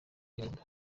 ndirimbo